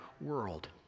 world